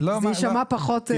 זה יישמע פחות.